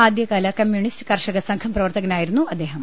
ആദ്യകാല കമ്മ്യൂണിസ്റ്റ് കർഷ കസംഘം പ്രവർത്തകനായിരുന്നു അദ്ദേഹം